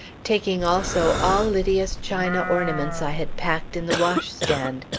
taking also all lydia's china ornaments i had packed in the wash-stand.